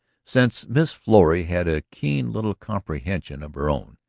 since miss florrie had a keen little comprehension of her own.